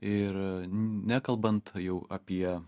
ir nekalbant jau apie